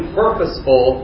purposeful